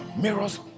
mirrors